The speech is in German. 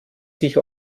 sich